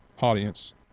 audience